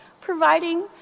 providing